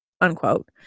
unquote